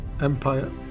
Empire